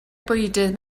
bwydydd